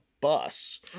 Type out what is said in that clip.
bus